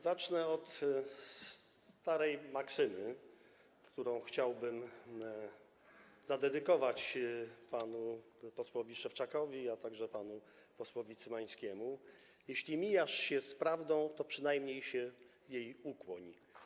Zacznę od starej maksymy, którą chciałbym zadedykować panu posłowi Szewczakowi, a także panu posłowi Cymańskiemu: jeśli mijasz się z prawdą, to przynajmniej się jej ukłoń.